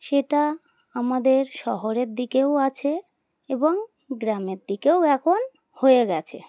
সেটা আমাদের শহরের দিকেও আছে এবং গ্রামের দিকেও এখন হয়ে গেছে